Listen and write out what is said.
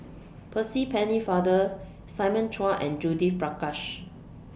Percy Pennefather Simon Chua and Judith Prakash